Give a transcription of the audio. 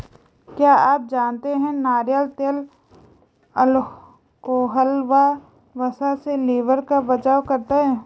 क्या आप जानते है नारियल तेल अल्कोहल व वसा से लिवर का बचाव करता है?